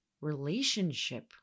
relationship